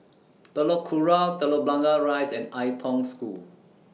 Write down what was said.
Telok Kurau Telok Blangah Rise and Ai Tong School